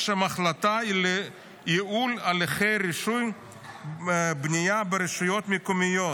יש שם החלטה על ייעול הליכי רישוי בנייה ברשויות מקומיות.